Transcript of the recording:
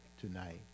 tonight